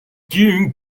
giving